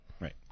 Right